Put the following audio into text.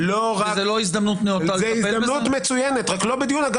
שוב - הייתי שמח